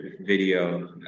video